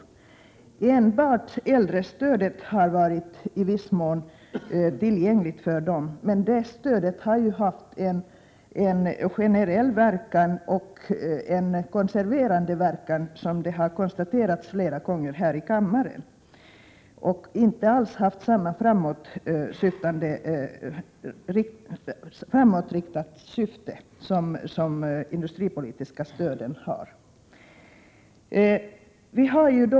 För småföretagen har enbart äldrestödet varit i viss mån tillgängligt, men detta stöd har haft en generell inriktning och konserverande inverkan, vilket har konstaterats flera gånger här i kammaren, inte alls samma framåtriktade syfte som de industripolitiska stöden har.